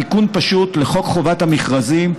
בתיקון פשוט לחוק חובת המכרזים,